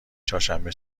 چهارشنبه